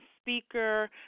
speaker